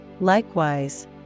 likewise